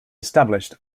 established